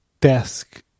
desk